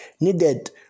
needed